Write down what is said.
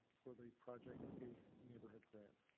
for the project safe neighborhood grant.